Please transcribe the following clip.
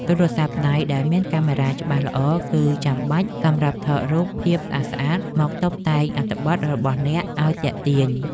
ទូរស័ព្ទដៃដែលមានកាមេរ៉ាច្បាស់ល្អ គឺចាំបាច់សម្រាប់ថតរូបភាពស្អាតៗមកតុបតែងអត្ថបទរបស់អ្នកឱ្យទាក់ទាញ។